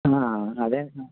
అదే